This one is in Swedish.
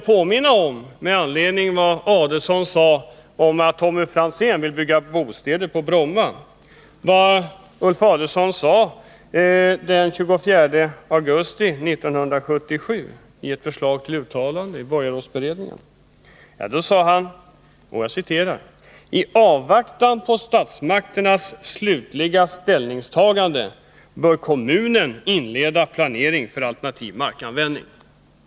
Låt mig med anledning av vad Ulf Adelsohn sade om att Tommy Franzén ville bygga bostäder på Bromma påminna om vad Ulf Adelsohn sade den 24 augusti 1977 i ett förslag till uttalande i borgarrådsberedningen. Han sade då: I avvaktan på statsmakternas slutliga ställningstagande bör kommunen inleda planering för alternativ markanvändning.